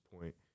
point